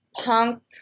punk